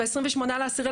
ב-28 באוקטובר,